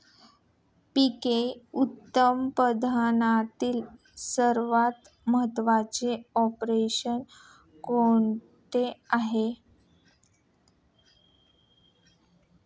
पीक उत्पादनातील सर्वात महत्त्वाचे ऑपरेशन कोणते आहे?